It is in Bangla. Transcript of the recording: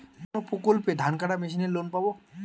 কোন প্রকল্পে ধানকাটা মেশিনের লোন পাব?